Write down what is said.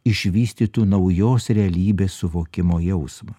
išvystytų naujos realybės suvokimo jausmą